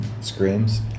screams